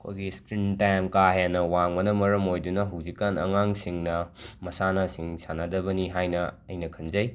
ꯑꯩꯈꯣꯏꯒꯤ screen time ꯀꯥ ꯍꯦꯟꯅ ꯋꯥꯡꯕꯅ ꯃꯔꯝ ꯑꯣꯏꯗꯨꯅ ꯍꯨꯖꯤꯀꯥꯟ ꯑꯉꯥꯡꯁꯤꯡꯅ ꯃꯁꯥꯟꯅꯁꯤꯡ ꯁꯥꯟꯅꯗꯕꯅꯤ ꯍꯥꯏꯅ ꯑꯩꯅ ꯈꯟꯖꯩ